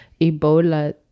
Ebola